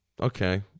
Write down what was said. Okay